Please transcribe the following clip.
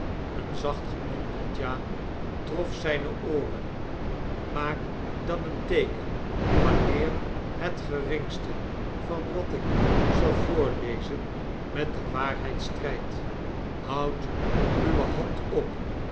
een zacht gemompeld fl ja trof zyne ooren maak dan een teeken wanneer het geringste van wat ik u zal vooilezen met de waarheid strydt houd uwe hand op